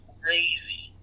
crazy